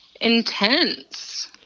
intense